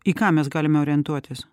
į ką mes galime orientuotis